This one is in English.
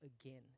again